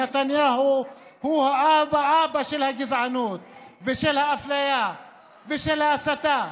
נתניהו אבא של אבא הגזענות ושל האפליה ושל ההסתה.